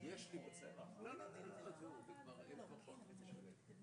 קשורים למה שכתוב בפסוקים,